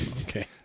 Okay